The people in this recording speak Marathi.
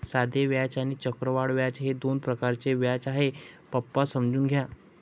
साधे व्याज आणि चक्रवाढ व्याज हे दोन प्रकारचे व्याज आहे, पप्पा समजून घ्या